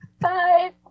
bye